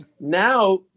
Now